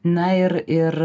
na ir ir